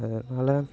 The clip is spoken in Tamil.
அதனால்